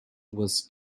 was